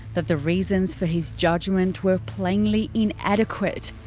that the reasons for his judgement were plainly inadequate,